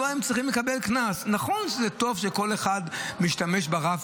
אחד הדברים שראינו,